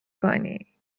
کنی